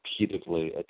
repeatedly